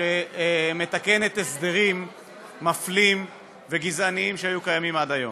שמתקנת הסדרים מפלים וגזעניים שהיו קיימים עד היום.